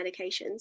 medications